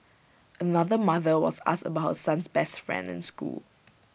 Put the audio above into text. another mother was asked about her son's best friend in school